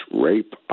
Rape